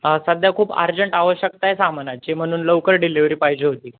सध्या खूप आर्जंट आवश्यकता आहे सामानाची म्हणून लवकर डिलेवर्ही पाहिजे होती